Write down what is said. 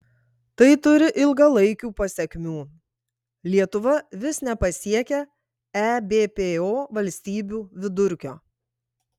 tai turi ilgalaikių pasekmių lietuva vis nepasiekia ebpo valstybių vidurkio